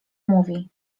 mówi